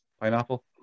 pineapple